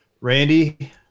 randy